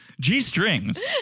G-strings